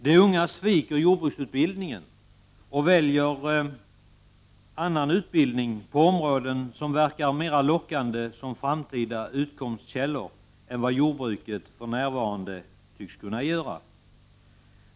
De unga sviker jordbruksutbildningen och väljer annan utbildning på områden som verkar mer lockande som framtida utkomstkällor än vad jordbruket för närvarande tycks kunna göra.